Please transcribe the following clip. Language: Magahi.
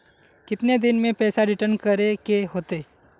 कितने दिन में पैसा रिटर्न करे के होते?